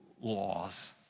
Laws